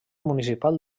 municipal